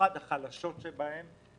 במיוחד החלשות שבהן,